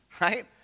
right